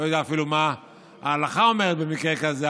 אני לא יודע אפילו מה ההלכה אומרת במקרה כזה,